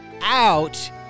out